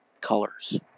colors